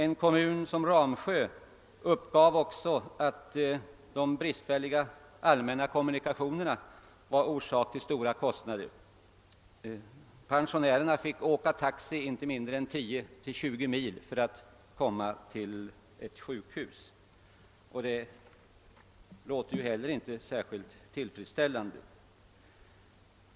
En kommun som Ramsjö uppgav att de bristfälliga allmänna kommunikationerna var orsak till stora kostnader. Pensionärerna fick åka taxi så långt som 10—20 mil för att komma till ett sjukhus. Det låter heller inte särskilt bra.